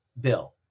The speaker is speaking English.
bill